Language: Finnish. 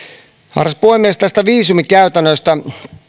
arvoisa puhemies näistä viisumikäytännöistä